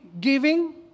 giving